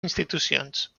institucions